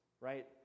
right